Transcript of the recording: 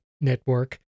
network